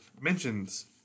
mentions